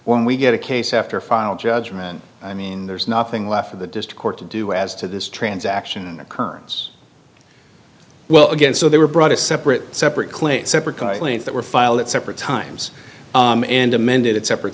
when we get a case after file judgment i mean there's nothing left for the just court to do as to this transaction an occurrence well again so they were brought a separate separate claim separate planes that were filed at separate times and amended at separate